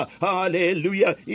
hallelujah